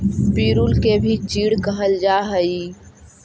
पिरुल के भी चीड़ कहल जा हई